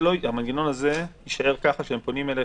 המנגנון הזה יישאר ככה שהם פונים אליכם,